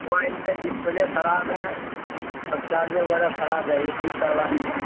mobile میں display خراب ہے اور چارجر وگیرہ کھراب ہے یہ ٹھیک کروانی ہے